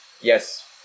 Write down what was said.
yes